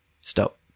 Stop